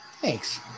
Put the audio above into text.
thanks